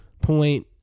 point